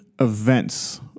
events